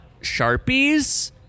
Sharpies